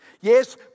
Yes